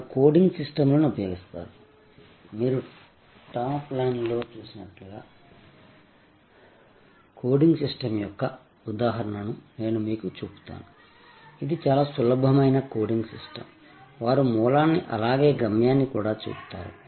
వారు కోడింగ్ సిస్టమ్లను ఉపయోగిస్తారు మీరు టాప్ లైన్లో చూసినట్లుగా కోడింగ్ సిస్టమ్ యొక్క ఉదాహరణను నేను మీకు చూపుతాను ఇది చాలా సులభమైన కోడింగ్ సిస్టమ్ వారు మూలాన్ని అలాగే గమ్యాన్ని కూడా చూపుతారు